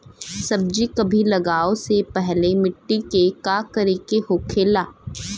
सब्जी कभी लगाओ से पहले मिट्टी के का करे के होखे ला?